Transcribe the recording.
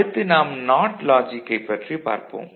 அடுத்து நாம் நாட் லாஜிக்கைப் பற்றி பார்ப்போம்